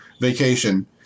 vacation